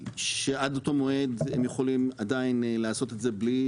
שעד אותו מועד הם עדיין יכולים לעשות את זה בלי